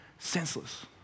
senseless